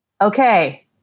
Okay